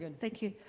and thank you.